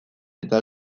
eta